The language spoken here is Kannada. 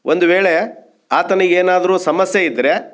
ಒಂದು ವೇಳೆ ಆತನಿಗೇನಾದರೂ ಸಮಸ್ಯೆ ಇದ್ದರೆ